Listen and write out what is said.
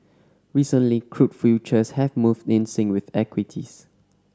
recently crude futures have moved in sync with equities